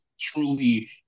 truly